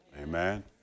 Amen